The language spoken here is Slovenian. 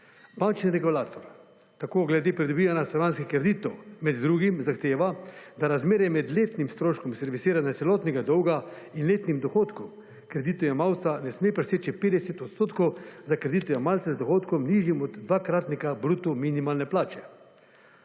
Bančni regulator, tako glede pridobivanja stanovanjskih kreditov, med drugim, zahteva, da razmerje med letnim stroškom servisiranja celotnega dolga in letnim dohodkom kreditojemalca ne sme preseči 50 % za kreditojemalca z dohodkom, nižjim od dvakratnika bruto minimalne plače.